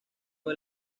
del